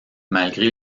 malgré